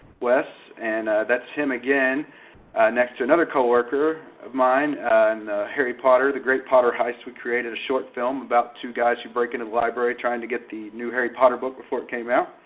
wes. and that's him again next to another coworker of mine in harry potter, the great potter heist. we created a short film about two guys who break into the library trying to get the new harry potter book before it came out.